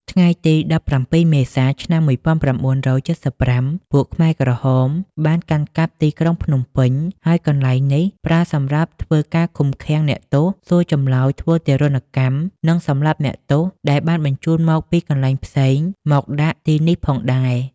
ថ្ងៃទី ១៧ មេសា ឆ្នាំ១៩៧៥ពួកខ្មែរក្រហមបានកាន់កាប់ទីក្រុងភ្នំពេញ ហើយកន្លែងនេះប្រើសម្រាប់ធ្វើការឃុំឃាំងអ្នកទោសសួរចម្លើយធ្វើទារុណកម្ម និងសម្លាប់អ្នកទោសដែលបានបញ្ចូនមកពីកន្លែងផ្សេងមកដាក់ទីនេះផងដែរ។